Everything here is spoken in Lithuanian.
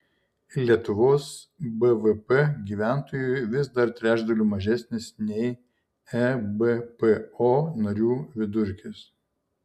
lietuvos bvp gyventojui vis dar trečdaliu mažesnis nei ebpo narių vidurkis